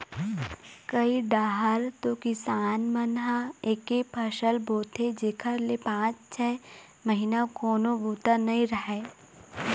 कइ डाहर तो किसान मन ह एके फसल बोथे जेखर ले पाँच छै महिना कोनो बूता नइ रहय